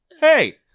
Hey